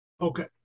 Okay